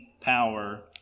power